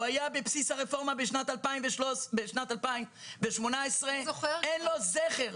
הוא היה בבסיס הרפורמה בשנת 2018 ואין לו זכר.